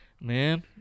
man